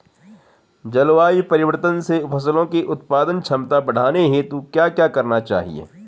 जलवायु परिवर्तन से फसलों की उत्पादन क्षमता बढ़ाने हेतु क्या क्या करना चाहिए?